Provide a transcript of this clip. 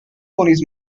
ponies